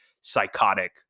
psychotic